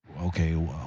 okay